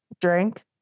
drink